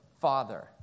father